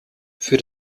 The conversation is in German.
für